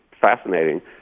fascinating